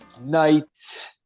night